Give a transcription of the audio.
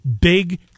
Big